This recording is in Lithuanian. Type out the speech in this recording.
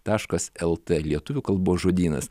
taškas lt lietuvių kalbos žodynas